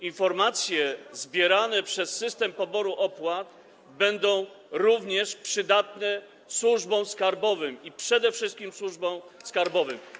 informacje zbierane przez system poboru opłat będą również przydatne służbom skarbowym i przede wszystkim służbom skarbowym.